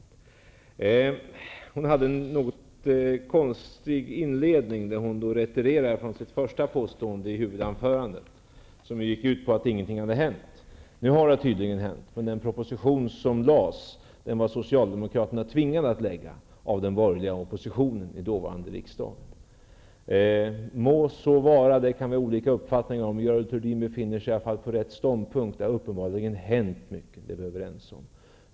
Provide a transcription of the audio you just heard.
Görel Thurdin hade en något konstig inledning i sitt senaste inlägg där hon retirerade från sitt första påstående i huvudanförandet, som ju gick ut på att intenting hade hänt. Nu har det tydligen hänt, men den proposition som lades fram var socialdemokraterna enligt henne tvingade av den borgerliga oppositionen att lägga fram i den dåvarande riksdagen. Detta må så vara. Detta kan vi ha olika uppfattningar om. Görel Thurdin har i alla fall rätt ståndpunkt. Det har uppenbarligen hänt mycket, det är vi överens om.